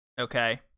okay